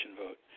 vote